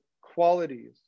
qualities